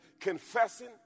confessing